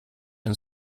and